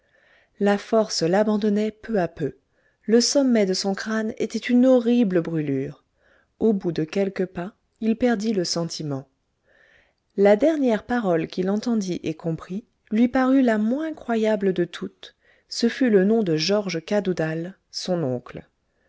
la force l'abandonnait peu à peu le sommet de son crâne était une horrible brûlure au bout de quelques pas il perdit le sentiment la dernière parole qu'il entendit et comprit lui parut la moins croyable de toutes ce fut le nom de georges cadoudat son oncle